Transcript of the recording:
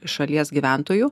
šalies gyventojų